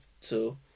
Two